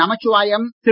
Namachivayam Thiru